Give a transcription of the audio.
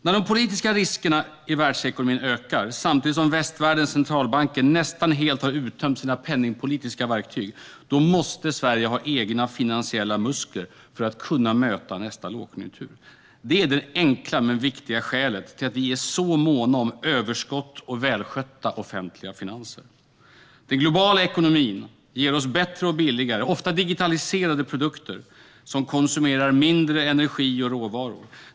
När de politiska riskerna i världsekonomin ökar, samtidigt som västvärldens centralbanker nästan helt har uttömt sina penningpolitiska verktyg, måste Sverige ha egna finansiella muskler för att kunna möta nästa lågkonjunktur. Det är det enkla men viktiga skälet till att vi är så måna om överskott och välskötta offentliga finanser. Den globala ekonomin ger oss bättre och billigare - ofta digitaliserade - produkter, som konsumerar mindre energi och råvaror.